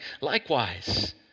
likewise